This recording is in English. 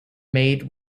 made